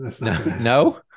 no